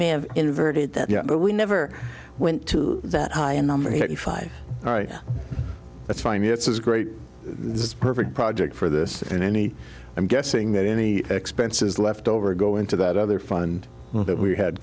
may have inverted that yeah but we never went to that high in number eighty five that's fine it's great this is perfect project for this and any i'm guessing that any expenses left over go into that other fund that we had